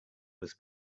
was